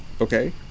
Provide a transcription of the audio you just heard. Okay